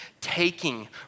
taking